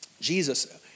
Jesus